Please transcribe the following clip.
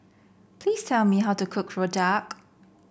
please tell me how to cook Rojak